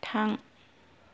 थां